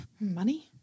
Money